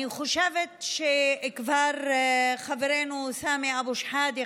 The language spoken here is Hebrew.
אני חושבת שחברנו סמי אבו שחאדה,